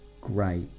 great